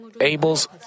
Abel's